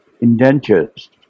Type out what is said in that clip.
indentures